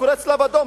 ביקורי הצלב-האדום,